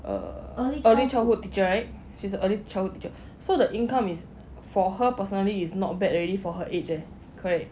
err early childhood teacher right she's the early childhood teacher ya so the income is for her personally is not bad already for her age leh correct